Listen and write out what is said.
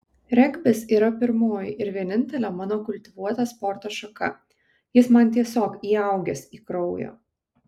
regbis yra pirmoji ir vienintelė mano kultivuota sporto šaka jis man tiesiog įaugęs į kraują